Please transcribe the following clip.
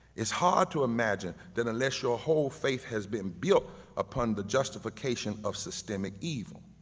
it's hard to imagine that unless your whole faith has been built upon the justification of systemic evil.